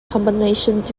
combinations